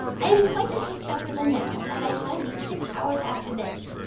i am quite as respectable now as i shall be six hours after this,